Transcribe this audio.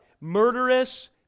murderous